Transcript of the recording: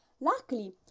Luckily